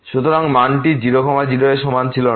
সুতরাং মানটি 0 0 এ সমান ছিল না